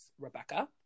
Rebecca